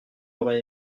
aurait